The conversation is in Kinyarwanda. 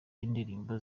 indirimbo